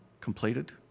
completed